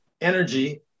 energy